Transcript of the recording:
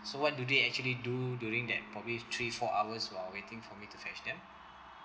so what do they actually do during that probably three four hours while waiting for me to fetch them